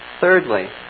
Thirdly